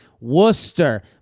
Worcester